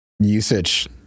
usage